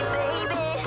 baby